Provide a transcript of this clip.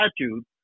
statute